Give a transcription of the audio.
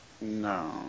No